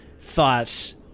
thoughts